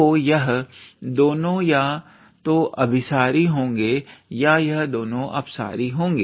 तो यह दोनों या तो अभीसारी होंगे या यह दोनों अपसारी होंगे